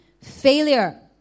failure